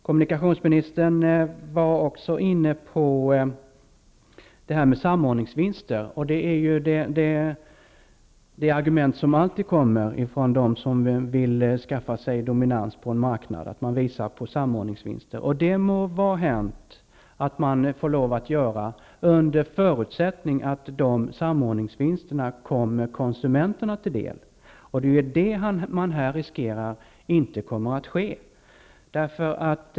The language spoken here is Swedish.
Kommunikationsministern tog också upp frågan om samordningsvinster. Det är ett argument som alltid nämns från dem som vill skaffa sig dominans på en marknad, dvs. att det blir samordningsvinster. Det må vara hänt att få lov att göra så, under förutsättning att de samordningsvinsterna kommer konsumenterna till del. Här riskerar man att så inte kommer att ske.